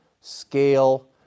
scale